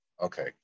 okay